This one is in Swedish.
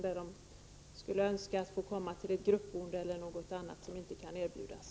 De önskar ofta att få komma till något gruppboende eller något annat som inte kan erbjudas.